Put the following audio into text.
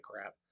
crap